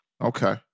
Okay